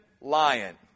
lion